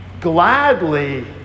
gladly